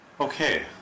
Okay